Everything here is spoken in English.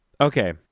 Okay